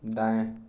दाएँ